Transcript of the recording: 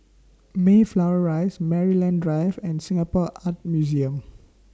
Mayflower Rise Maryland Drive and Singapore Art Museum